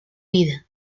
vida